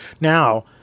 now